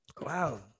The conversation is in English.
Wow